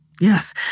Yes